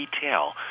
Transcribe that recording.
detail